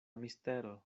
mistero